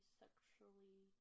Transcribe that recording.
sexually